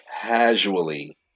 casually